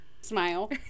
smile